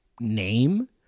name